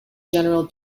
general